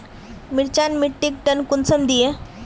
मिर्चान मिट्टीक टन कुंसम दिए?